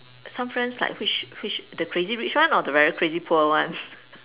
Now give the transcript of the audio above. some friends like which which the crazy rich ones or the very crazy poor ones